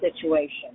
situation